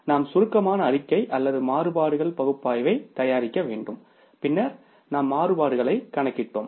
பின்னர் நாம் சுருக்கமான அறிக்கை அல்லது மாறுபாடுகள் பகுப்பாய்வைத் தயாரிக்க வேண்டும் பின்னர் நாம் மாறுபாடுகளை கணக்கிட்டோம்